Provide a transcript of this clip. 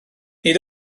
nid